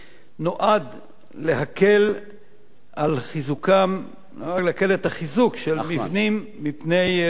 נועד להקל את החיזוק של מבנים מפני רעידות